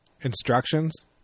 instructions